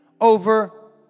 over